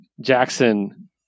Jackson